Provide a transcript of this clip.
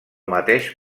mateix